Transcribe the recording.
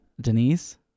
Denise